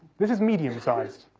this is medium-sized.